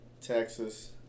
Texas